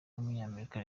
w’umunyamerika